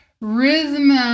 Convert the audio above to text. rhythm